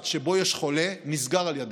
שבו יש חולה נסגר על ידינו.